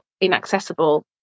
inaccessible